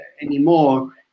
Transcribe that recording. anymore